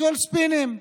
הכול ספינים.